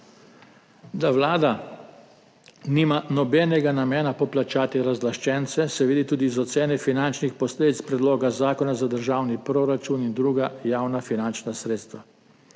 Da vlada nima nobenega namena poplačati razlaščencev, se vidi tudi iz ocene finančnih posledic predloga zakona za državni proračun in druga javna finančna sredstva.